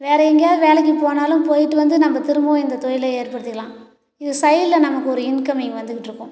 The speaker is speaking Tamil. வேறு எங்கையாவது வேலைக்கு போனாலும் போய்விட்டு வந்து நம்ப திரும்பவும் இந்த தொழிலை ஏற்படுத்திக்கலாம் இது சைட்டில் நமக்கு ஒரு இன்கம்மிங் வந்துக்கிட்டு இருக்கும்